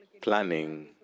planning